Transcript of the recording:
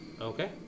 Okay